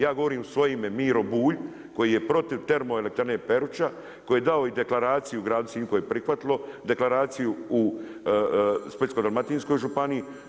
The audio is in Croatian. Ja govorim u svoje ime Miro Bulj koji je protiv termoelektrane Peruča, koji je dao i deklaraciju gradu Sinju koje je prihvatilo, deklaraciju u Splitsko-dalmatinskoj županiji.